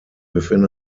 within